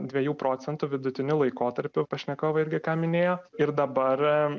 dviejų procentų vidutiniu laikotarpiu pašnekovai irgi ką minėjo ir dabar